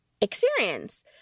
experience